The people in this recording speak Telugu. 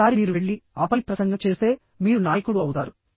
ఒకసారి మీరు వెళ్లి ఆపై ప్రసంగం చేస్తే మీరు నాయకుడు అవుతారు